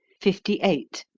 fifty eight.